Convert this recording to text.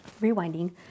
rewinding